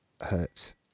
hurts